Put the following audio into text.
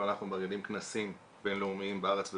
ואנחנו מארגנים כנסים בינלאומיים בארץ ובעולם.